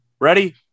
ready